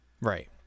Right